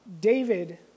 David